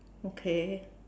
okay